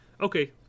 Okay